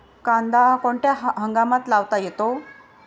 कांदा कोणत्या हंगामात लावता येतो?